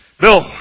Bill